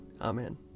Amen